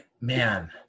man